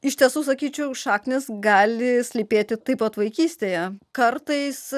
iš tiesų sakyčiau šaknys gali slypėti taip pat vaikystėje kartais